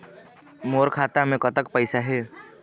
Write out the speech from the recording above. मोर खाता मे कतक पैसा हे?